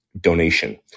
donation